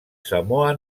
samoa